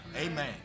Amen